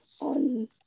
on